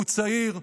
הוא צעיר,